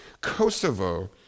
Kosovo